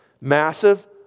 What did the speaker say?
Massive